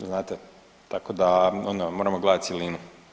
Znate tako da ono moramo gledati cjelinu.